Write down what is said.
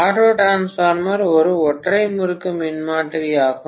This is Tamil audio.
ஆட்டோ டிரான்ஸ்பார்மர் ஒரு ஒற்றை முறுக்கு மின்மாற்றி ஆகும்